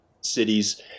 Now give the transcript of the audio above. cities